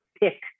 pick